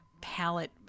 palette